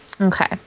Okay